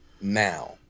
now